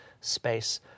space